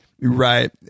Right